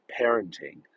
parenting